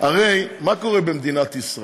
הרי מה קורה במדינת ישראל?